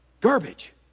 Garbage